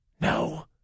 No